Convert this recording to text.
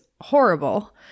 horrible